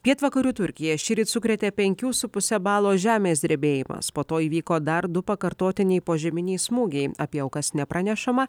pietvakarių turkiją šįryt sukrėtė penkių su puse balo žemės drebėjimas po to įvyko dar du pakartotiniai požeminiai smūgiai apie aukas nepranešama